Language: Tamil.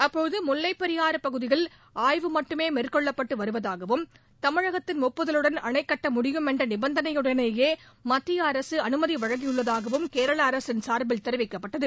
அப்போது முல்லைப் பெரியாறு பகுதியில் ஆய்வு மட்டுமே மேற்கொள்ளப்பட்டு வருவதாகவும் தமிழகத்தின் ஒப்புதலுடன் அணை கட்ட முடியும் என்ற நிபந்தனையுடனேயே மத்திய அரசு அனுமதி அளித்துள்ளதாகவும் கேரள அரசின் சாா்பில் தெரிவிக்கப்பட்டது